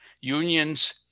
unions